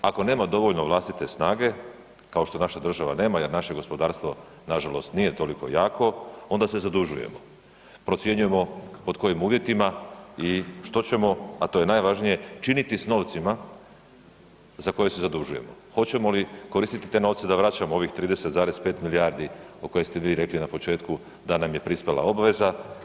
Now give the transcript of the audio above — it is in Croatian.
Ako nema dovoljno vlastite snage kao što naša država nema jer naše gospodarstvo nažalost nije toliko jako, onda se zadužujemo, procjenjujemo pod kojim uvjetima i što ćemo, a to je najvažnije, činiti s novcima za koje se zadužujemo, hoćemo li koristiti te novce da vraćamo ovih 30,5 milijardi o kojim ste vi rekli na početku da nam je prispjela obveza.